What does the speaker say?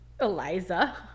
Eliza